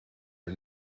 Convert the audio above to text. are